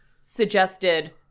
suggested